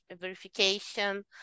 verification